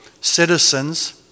citizens